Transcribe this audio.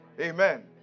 Amen